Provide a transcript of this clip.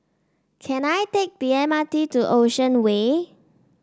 can I take the M R T to Ocean Way